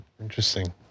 Interesting